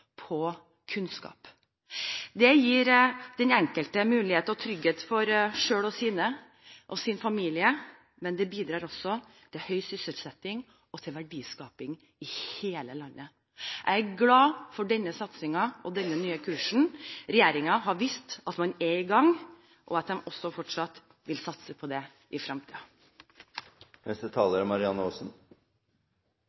familie, men det bidrar også til høy sysselsetting og til verdiskaping i hele landet. Jeg er glad for denne satsingen og denne nye kursen. Regjeringen har vist at den er i gang, og at den også fortsatt vil satse på det i